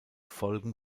folgen